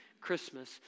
Christmas